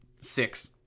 six